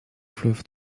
fleuve